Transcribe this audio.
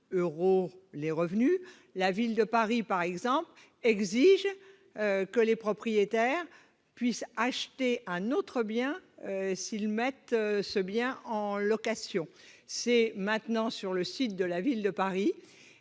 euros de revenus. Or la Ville de Paris, par exemple, exige que les propriétaires puissent acheter un autre bien s'ils mettent le leur en location- cela figure sur le site de la Ville de Paris.